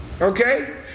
Okay